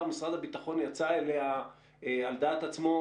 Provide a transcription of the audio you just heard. שמשרד הביטחון יצא אליה על דעת עצמו,